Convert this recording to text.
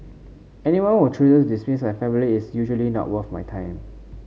anyone who chooses to dismiss my family is not usually worth my time